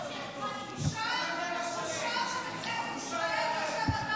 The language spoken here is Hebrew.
בושה שבכנסת ישראל יושב אדם כזה.